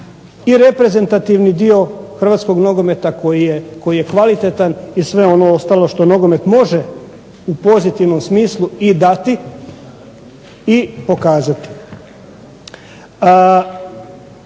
i reprezentativni hrvatskog nogometa koji je kvalitetan i sve ono ostalo što nogomet može u pozitivnom smislu i dati i pokazati.